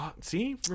see